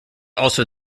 also